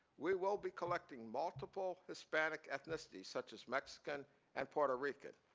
we will be collecting multiple hispanic ethnicities, such as mexican and puerto rican.